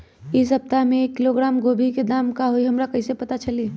इ सप्ताह में एक किलोग्राम गोभी के दाम का हई हमरा कईसे पता चली?